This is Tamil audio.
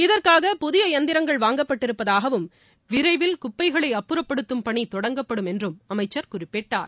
இதற்காக புதிய இயந்திரங்கள் வாங்கப்பட்டிருப்பதாகவும் விரைவில் குப்பைகளை அப்புறப்படுத்தும் பணி தொடங்கப்படும் என்றும் அமைச்சர் குறிப்பிட்டார்